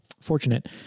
fortunate